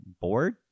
bored